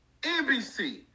NBC